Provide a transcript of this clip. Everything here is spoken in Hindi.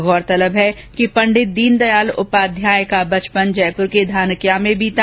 गौरतलब है कि पण्डित दीनदयाल उपाध्याय का बचपन जयपुर के धानक्या में बीता